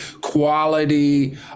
quality